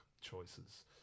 choices